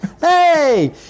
Hey